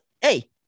hey